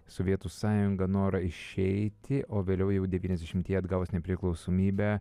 sovietų sąjungą norą išeiti o vėliau jau devyniasdešimtieji atgavus nepriklausomybę